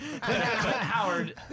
Howard